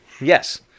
Yes